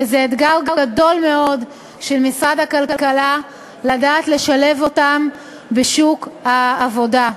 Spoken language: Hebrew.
וזה אתגר גדול מאוד למשרד הכלכלה לדעת לשלב אותם בשוק העבודה.